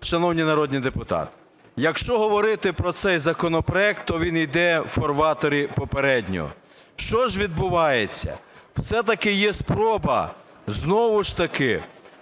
шановні народні депутати, якщо говорити про цей законопроект, то він іде в фарватері попереднього. Що ж відбувається? Все-таки є спроба знову ж таки